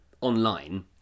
online